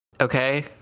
Okay